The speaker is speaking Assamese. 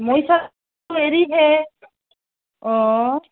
মই চোৱাটো হেৰিহে অঁ